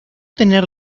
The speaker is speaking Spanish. tener